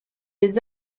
des